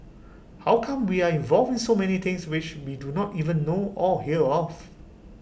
how come we are involved in so many things which we do not even know or hear of